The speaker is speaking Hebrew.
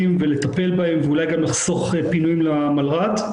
ולטפל בהם ואולי גם לחסוך פינויים למלר"ד.